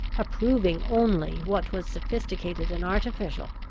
approving only what was sophisticated and artificial,